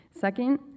Second